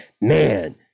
man